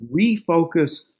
refocus